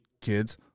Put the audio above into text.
Kids